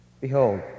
Behold